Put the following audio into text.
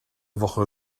woche